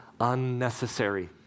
unnecessary